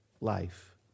life